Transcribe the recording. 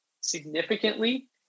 significantly